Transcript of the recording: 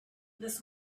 this